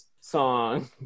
song